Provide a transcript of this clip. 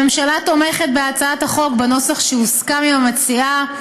הממשלה תומכת בהצעת החוק בנוסח שהוסכם עם המציעה,